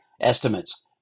estimates